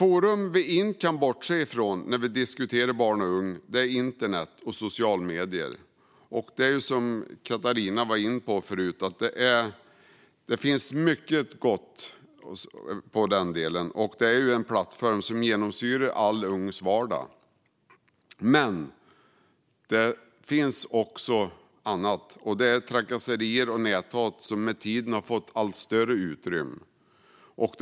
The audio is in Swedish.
Forum vi inte kan bortse från när vi diskuterar barn och unga är internet och sociala medier. Som Catarina var inne på förut finns det mycket gott där, och internet är ju en plattform som genomsyrar alla ungas vardag. Men det finns också annat, och det är trakasserier och näthat som med tiden har fått allt större utrymme.